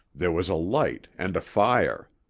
there was a light and a fire.